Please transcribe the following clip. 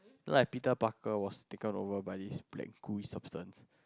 like Piter Bucker was taken over by this black grey substances